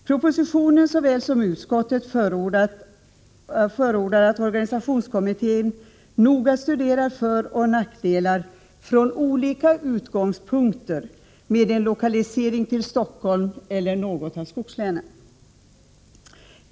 Propositionen såväl som utskottet förordar att organisationskommittén, från olika utgångspunkter, noga studerar föroch nackdelar med en lokalisering till Stockholm eller till något av skogslänen.